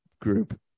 group